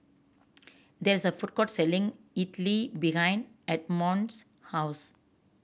there is a food court selling Idili behind Edmon's house